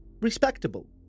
respectable